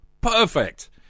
Perfect